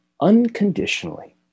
unconditionally